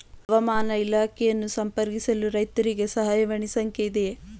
ಹವಾಮಾನ ಇಲಾಖೆಯನ್ನು ಸಂಪರ್ಕಿಸಲು ರೈತರಿಗೆ ಸಹಾಯವಾಣಿ ಸಂಖ್ಯೆ ಇದೆಯೇ?